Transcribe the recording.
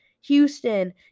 Houston